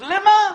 אז לשם מה?